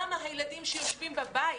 למה הילדים שיושבים בבית